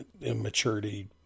immaturity